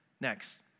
Next